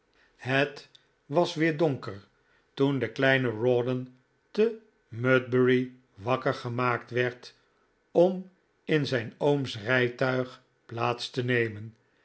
het was weer donker toen de kleine rawdon te mudbury wakker gemaakt werd om in zijn ooms rijtuig plaats te nemen